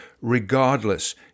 Regardless